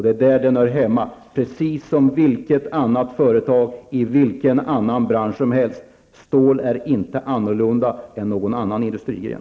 Det är där det hör hemma, precis som vilket annat företag i vilken annan bransch som helst. Stålindustrin är inte annorlunda än någon annan industrigren.